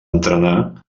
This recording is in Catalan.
entrenar